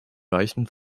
weichen